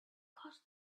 caused